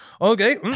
Okay